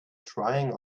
trying